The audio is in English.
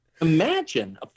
Imagine